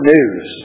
News